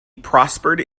prospered